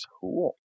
Cool